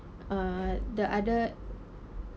err the other